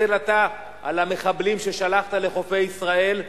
תתנצל אתה על המחבלים ששלחת לחופי ישראל,